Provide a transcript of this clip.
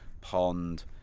pond